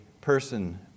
person